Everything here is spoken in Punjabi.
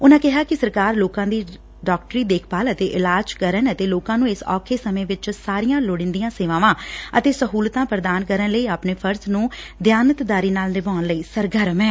ਉਨ੍ਪਾਂ ਕਿਹਾ ਕਿ ਸਰਕਾਰ ਲੋਕਾਂ ਦੀ ਡਾਕਟਰੀ ਦੇਖਭਾਲ ਅਤੇ ਇਲਾਜ ਕਰਨ ਅਤੇ ਲੋਕਾਂ ਨੂੰ ਇਸ ਔਖੇ ਸਮੇਂ ਵਿੱਚ ਸਾਰੀਆਂ ਲੋੜੀਦੀਆਂ ਸੇਵਾਵਾਂ ਅਤੇ ਸਹੁਲਤਾਂ ਪ੍ਰਦਾਨ ਕਰਨ ਲਈ ਆਪਣੇ ਫਰਜ਼ ਨੂੰ ਦਿਆਨਤਦਾਰੀ ਨਾਲ ਨਿਭਾਉਣ ਲਈ ਸਰਗਰਮ ਐ